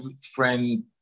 friend